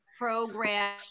program